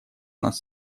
нас